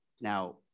Now